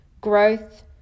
growth